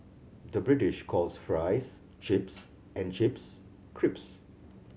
the British calls fries chips and chips crisps